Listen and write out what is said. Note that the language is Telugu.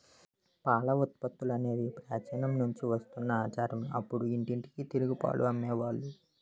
పాల ఉత్పత్తులనేవి ప్రాచీన నుంచి వస్తున్న ఆచారమే అప్పుడు ఇంటింటికి తిరిగి పాలు అమ్మే వాళ్ళు